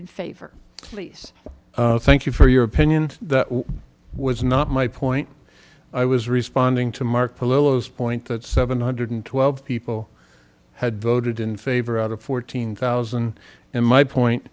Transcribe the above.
in favor please thank you for your opinion that was not my point i was responding to mark polow is point that seven hundred twelve people had voted in favor out of fourteen thousand and my point